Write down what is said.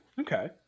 Okay